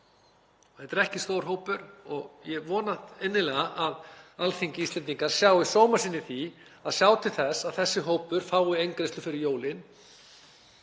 Þetta er ekki stór hópur og ég vona innilega að Alþingi Íslendinga sjái sóma sinn í því að sjá til þess að þessi hópur fái eingreiðslu fyrir jólin.